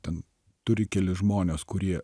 ten turi kelis žmones kurie